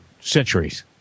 centuries